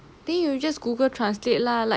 then you just google translate lah like